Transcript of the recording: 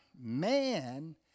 man